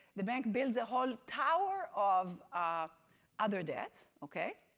the bank builds a whole tower of other debt, okay?